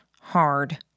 hard